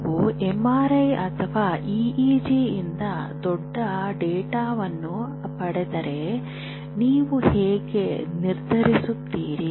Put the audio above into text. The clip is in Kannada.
ನಾವು ಎಂಆರ್ಐ ಅಥವಾ ಇಇಜಿಯಿಂದ ದೊಡ್ಡ ಡೇಟಾವನ್ನು ಪಡೆದರೆ ನೀವು ಹೇಗೆ ನಿರ್ಧರಿಸುತ್ತೀರಿ